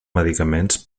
medicaments